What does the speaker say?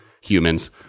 humans